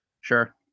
sure